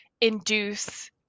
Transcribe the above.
induce